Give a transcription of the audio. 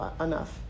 enough